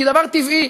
היא דבר טבעי,